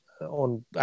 on